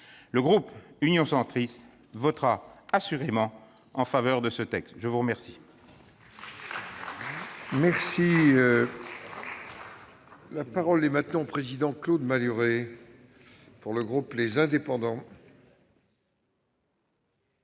Le groupe Union Centriste votera assurément en faveur de ce texte. La parole